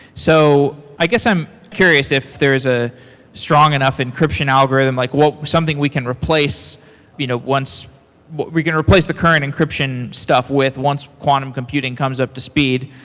so i guess i'm curious if there is a strong enough encryption algorithm, like something we can replace you know once we can replace the current encryption stuff with once quantum computing comes up to speed.